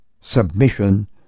submission